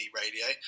radio